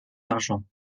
argent